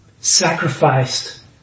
sacrificed